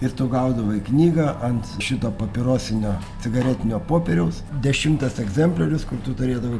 ir tu gaudavai knygą ant šito papirosinio cigaretinio popieriaus dešimtas egzempliorius kur tu turėdavai